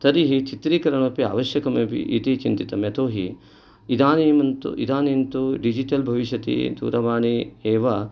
तर्हि चित्रीकरणमपि आवश्यकमपि इति चिन्तितं यतोहि इदानीन्तु इदानीन्तु डिजिटल् भविष्यति दूरवाणी एव